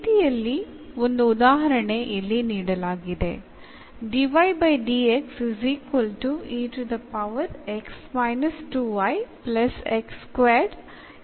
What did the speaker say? ഇത്തരത്തിലുള്ളതിൻറെ ഒരു ഉദാഹരണം ഇവിടെ നൽകിയിരിക്കുന്നത് കാണുക